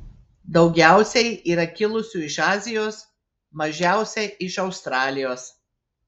daugiausiai yra kilusių iš azijos mažiausia iš australijos